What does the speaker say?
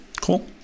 Cool